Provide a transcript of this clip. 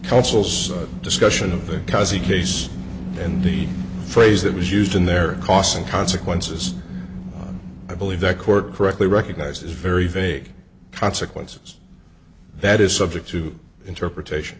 counsels discussion of the cause he case and the phrase that was used in their costs and consequences i believe that court correctly recognized as very vague consequences that is subject to interpretation